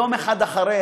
יום אחד אחרי.